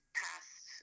past